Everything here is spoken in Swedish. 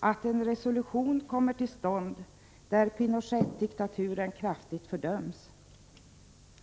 att en resolution, där Pinochet-diktaturen kraftigt fördöms, skall komma till stånd i FN:s generalförsamling i vår.